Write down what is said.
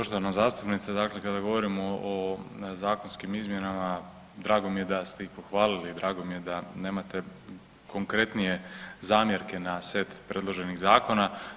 Poštovana zastupnice, dakle kada govorimo o zakonskim izmjenama, drago mi je da ste ih pohvalili i drago mi je da nemate konkretnije zamjerke na set predloženih zakona.